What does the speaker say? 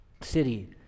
city